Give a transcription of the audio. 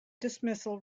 dismissal